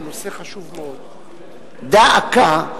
דא עקא,